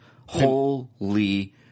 Holy